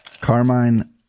Carmine